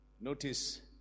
notice